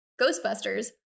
Ghostbusters